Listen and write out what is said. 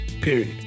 period